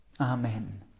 Amen